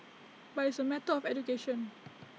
but it's A matter of education